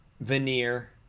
veneer